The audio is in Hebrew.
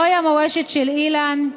זוהי המורשת של אילן,